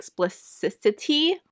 explicitity